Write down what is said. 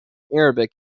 arabic